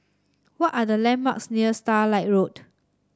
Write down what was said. what are the landmarks near Starlight Road